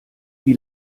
wie